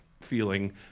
feeling